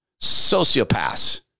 Sociopaths